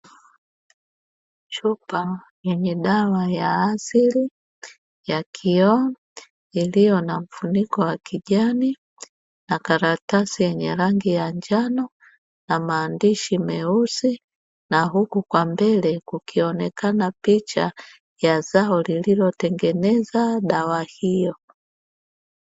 Chupa yenye dawa ya asili ya kioo iliyo na mfuniko wa kijani na karatasi yenye rangi ya njano na maandishi meusi, na huku kwa mbele kukionekana picha ya zao lililotengeneza dawa hiyo.